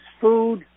food